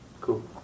Cool